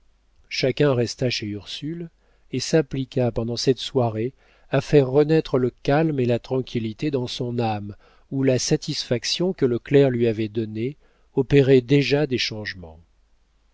chacun resta chez ursule et s'appliqua pendant cette soirée à faire renaître le calme et la tranquillité dans son âme où la satisfaction que le clerc lui avait donnée opérait déjà des changements